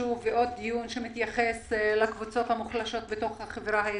חשוב שמתייחס לקבוצות המוחלשות בתוך החברה הישראלית.